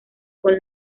con